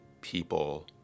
people